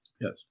Yes